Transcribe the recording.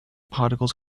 particles